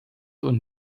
und